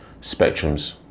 spectrums